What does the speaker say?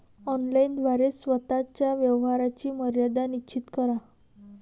online द्वारे स्वतः च्या व्यवहाराची मर्यादा निश्चित करा